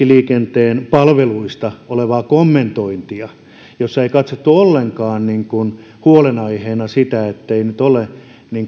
liikenteen palveluista ja sitä kommentointia jossa ei katsottu ollenkaan huolenaiheena sitä ettei nyt ole